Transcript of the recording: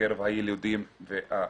בקרב הילודים והתינוקות.